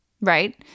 right